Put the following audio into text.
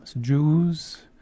Jews